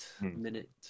minute